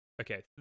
Okay